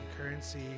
Currency